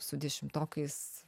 su dešimtokais